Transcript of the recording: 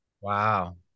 Wow